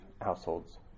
households